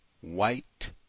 white